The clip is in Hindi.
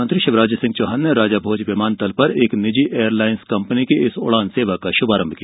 मुख्यमंत्री शिवराज सिंह चौहान ने राजा भोज विमानतल पर एक निजी एयरलाइन्स कंपनी की इस उड़ान सेवा का शुभारम्भ किया